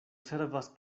servas